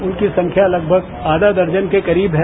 उनकी संख्या लगभग आधा दर्जन के करीब है